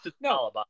no